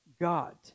God